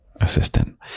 assistant